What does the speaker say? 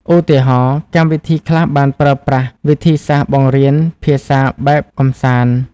ឧទាហរណ៍ កម្មវិធីខ្លះបានប្រើប្រាស់វិធីសាស្ត្ររៀនភាសាបែបកម្សាន្ត។